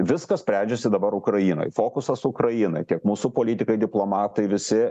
viskas sprendžiasi dabar ukrainoj fokusas ukrainai tiek mūsų politikai diplomatai visi